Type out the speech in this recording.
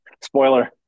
spoiler